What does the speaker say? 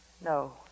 No